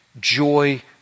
joy